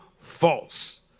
false